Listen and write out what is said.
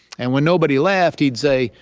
and when nobody laughed, he'd say,